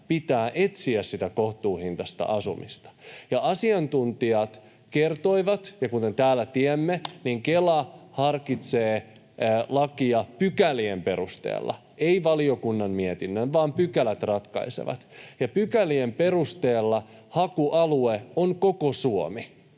pitää etsiä sitä kohtuuhintaista asumista. Asiantuntijat kertoivat, ja kuten täällä tiedämme: Kela harkitsee lakia pykälien perusteella — ei valiokunnan mietinnön, vaan pykälät ratkaisevat — ja pykälien perusteella hakualue on koko Suomi.